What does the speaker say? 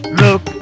look